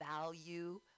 value